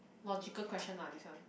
logical question lah this one